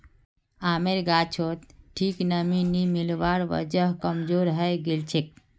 आमेर गाछोत ठीक नमीं नी मिलवार वजह कमजोर हैं गेलछेक